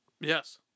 Yes